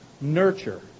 nurture